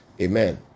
Amen